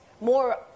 more